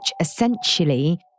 essentially